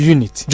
Unit